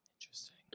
Interesting